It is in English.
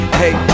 hey